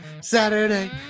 Saturday